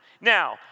Now